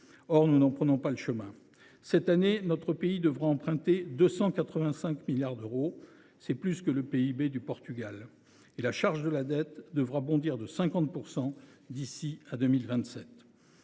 Or nous n’en prenons pas le chemin. Cette année, notre pays devra emprunter 285 milliards d’euros, soit plus que le PIB du Portugal ! Quant à la charge de la dette, elle devrait bondir de 50 % d’ici à 2027.